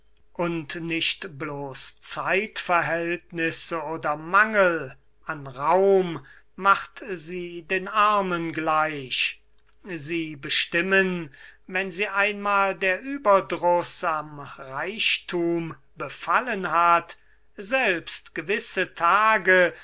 und nicht blos zeitverhältnisse oder mangel an raum macht sie den armen gleich sie bestimmen wenn sie einmal der ueberdruß am reichthum befallen hat selbst gewisse tage